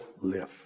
lift